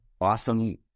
awesome